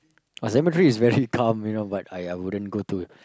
!wah! cemetery is very calm you know but I yeah wouldn't go to